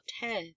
hair